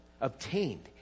obtained